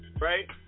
right